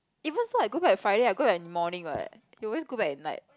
even so I go back Friday I go back in the morning what you always go at night